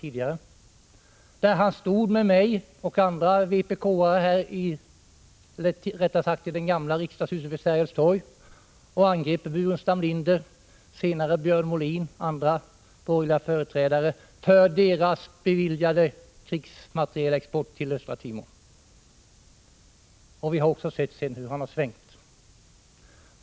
Tillsammans med mig och andra vpk-are angrep han då, i gamla riksdagshuset vid Sergels torg, Burenstam Linder, senare Björn Molin och andra borgerliga företrädare för att de beviljat krigsmaterielexport till Östra Timor. Vi har sedan också sett hur han har svängt.